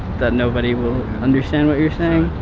that nobody will understand what you're saying.